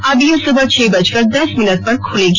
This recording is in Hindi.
अब यह सुबह छह बजकर दस मिनट पर खुलेगी